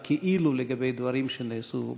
"כאילו" לגבי דברים שנעשו בנשיאות.